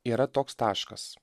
yra toks taškas